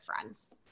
friends